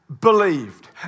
believed